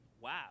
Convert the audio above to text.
wow